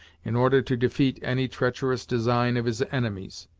in order to defeat any treacherous design of his enemies.